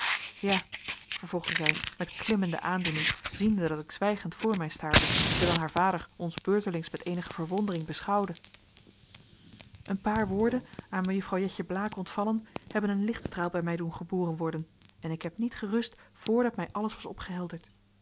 ja vervolgde zij met klimmende aandoening ziende dat ik zwijgend voor mij staarde terwijl haar vader ons beurtelings met eenige verwondering beschouwde een paar woorden aan mejuffrouw jetje blaek ontvallen hebben een lichtstraal bij mij doen geboren worden en ik heb niet gerust voordat mij alles was